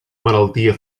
malaltia